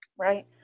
Right